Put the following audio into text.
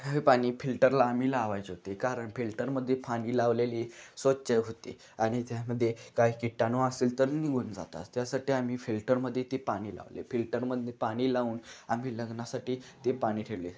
हे पाणी फिल्टरला आम्ही लावायचे होते कारण फिल्टरमध्ये पाणी लावलेली स्वच्छ होते आणि त्यामध्ये काय किटाणू असेल तर निघून जातात त्यासाठी आम्ही फिल्टरमध्ये ते पाणी लावले फिल्टरमध्ये पाणी लावून आम्ही लग्नासाठी ते पाणी ठेवले